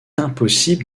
impossible